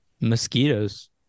Mosquitoes